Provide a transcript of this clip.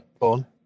On